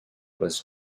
was